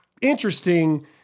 interesting